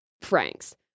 Frank's